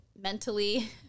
mentally